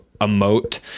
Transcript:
emote